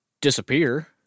disappear